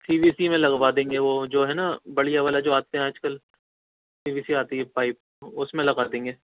سی V C میں لگوا دیں گے وہ جو ہے نا بڑھیا والا جو آتے ہیں آج کل پی وی سی آتی ہے پائپ اس میں لگا دیں گے